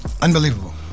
unbelievable